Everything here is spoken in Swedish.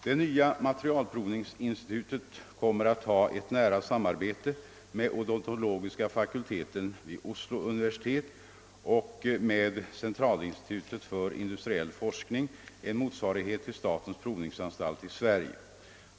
Det nya materialprovningsinstitutet kommer att ha ett nära samarbete med odontologiska fakulteten vid Oslo universitet och med Sentralinstituttet for industriell forskning — en motsvarighet till statens provningsanstalt i Sverige.